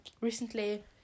recently